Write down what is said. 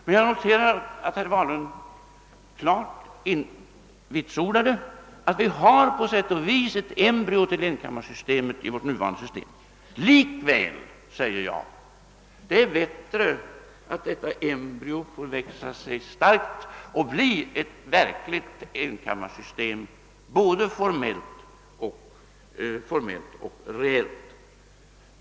Men jag noterar att herr Wahlund klart har vitsordat att vi på sätt och vis har ett embryo till enkammarsystem i vårt nuvarande system. Likväl anser jag att det är viktigt att detta embryo får växa sig starkt och bli ett verkligt enkammarsystem, både formellt och reellt.